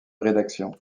rédaction